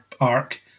arc